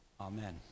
Amen